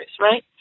right